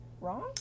Wrong